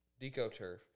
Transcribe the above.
DecoTurf